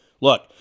Look